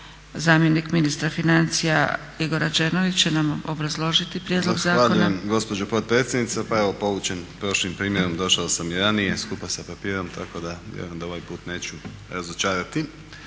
Zamjenik ministra financija Igor Rađenović će nam obrazložiti prijedlog zakona.